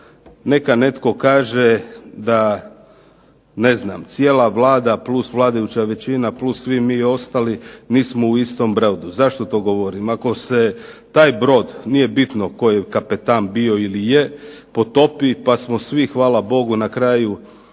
neka netko kaže da cijela Vlada, plus vladajuća većina, plus mi svi ostali nismo u istom brodu. Zašto to govorim, ako se taj brod nije bitno tko je kapetan bio ili je, potopi pa smo svi hvala bogu na kraju